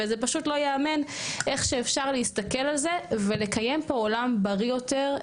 ופשוט לא ייאמן איך שאפשר להסתכל על זה ולקיים פה עולם בריא יותר,